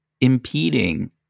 impeding